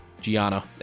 Gianna